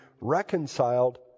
reconciled